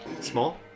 small